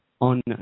on